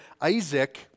Isaac